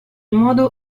modo